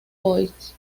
boys